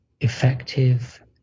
effective